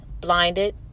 blinded